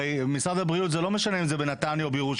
הרי למשרד הבריאות זה לא משנה אם זה בנתניה או בירושלים?